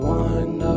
one